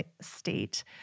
state